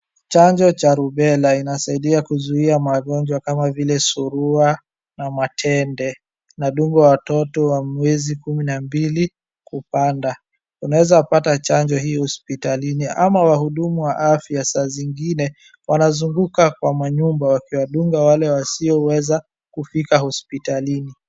Chanjo cha rubela inasaidia kuzuia magonjwa kama vile surua na matende. Inadungwa watoto wenye miezi kumi na mbili kupanda. Unaweza pata chanjo hilo hospitalini au wahudumu wa afya saa zingine wanazunguka kwa manyumba wakiwadunga wale wasioweza kufika hospitalini.